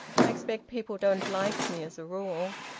i expect people don't like me, as a rule.